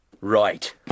Right